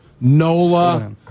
Nola